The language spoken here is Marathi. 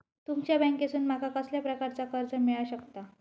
तुमच्या बँकेसून माका कसल्या प्रकारचा कर्ज मिला शकता?